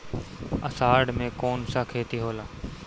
अषाढ़ मे कौन सा खेती होला?